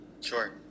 Sure